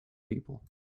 people